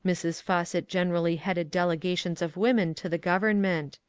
mrs. fawcett generally headed delegations of women to the government.